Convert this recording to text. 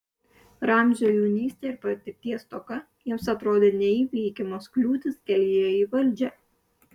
ramzio jaunystė ir patirties stoka jiems atrodė neįveikiamos kliūtys kelyje į valdžią